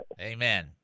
Amen